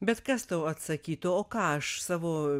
bet kas tau atsakytų o ką aš savo